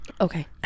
okay